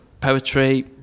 poetry